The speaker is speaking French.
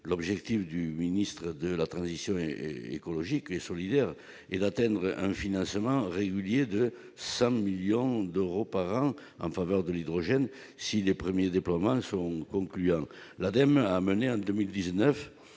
L'objectif du ministère de la transition et écologique et solidaire est d'atteindre un financement régulier de 100 millions d'euros par an en faveur de l'hydrogène, si les premiers déploiements sont concluants. L'Ademe a mené en 2019